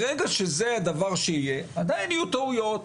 ברגע שזה הדבר שיהיה עדיין יהיו טעויות,